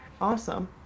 awesome